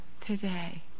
today